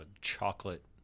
chocolate